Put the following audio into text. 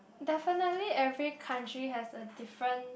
definitely every country has a different